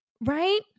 Right